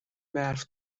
برف